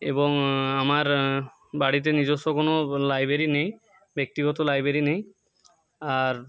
এবং আমার বাড়িতে নিজস্ব কোনো লাইব্ৰেরি নেই ব্যক্তিগত লাইব্ৰেরি নেই আর